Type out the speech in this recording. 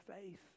faith